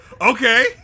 Okay